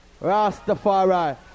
Rastafari